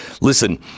Listen